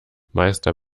meister